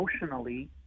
emotionally